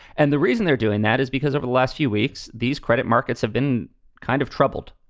and the reason they're doing that is because of the last few weeks, these credit markets have been kind of troubled.